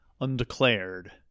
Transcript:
Undeclared